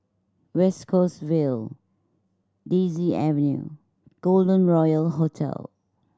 West Coast Vale Daisy Avenue Golden Royal Hotel